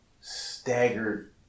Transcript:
staggered